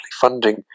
funding